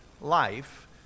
life